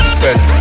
Spend